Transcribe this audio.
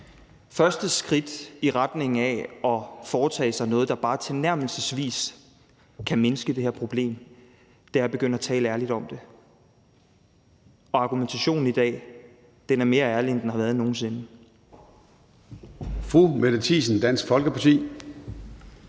Første skridt i retning af at foretage sig noget, der bare tilnærmelsesvis kan mindske det her problem, er at begynde at tale ærligt om det. Og argumentationen i dag er mere ærlig, end den har været nogen sinde. Kl. 15:08 Formanden (Søren